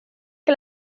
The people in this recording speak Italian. che